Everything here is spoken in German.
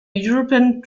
european